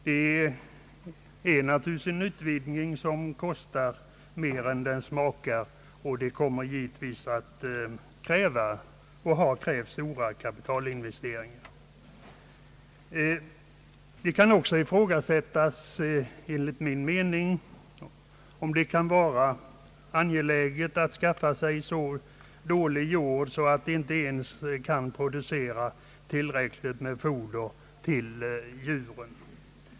Det är naturligtvis en utvidgning som kostar mer än den smakar, och den har krävt och kommer att kräva stora kapitalinvesteringar. Det kan också enligt min mening ifrågasättas om det är lämpligt att skaffa sig så dålig jord att man där inte ens kan producera tillräckligt med foder till djuren.